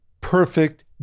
perfect